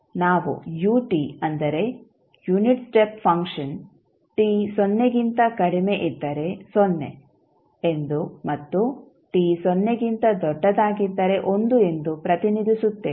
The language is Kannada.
ನಾವು ut ಅಂದರೆ ಯುನಿಟ್ ಸ್ಟೆಪ್ ಫಂಕ್ಷನ್ t ಸೊನ್ನೆಗಿಂತ ಕಡಿಮೆ ಇದ್ದರೆ ಸೊನ್ನೆ ಎಂದು ಮತ್ತು t ಸೊನ್ನೆಗಿಂತ ದೊಡ್ಡದಾಗಿದ್ದರೆ 1 ಎಂದು ಪ್ರತಿನಿಧಿಸುತ್ತೇವೆ